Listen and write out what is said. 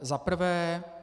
Za prvé.